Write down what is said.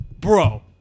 Bro